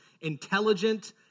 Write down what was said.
intelligent